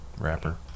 rapper